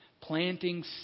planting